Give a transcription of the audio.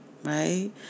right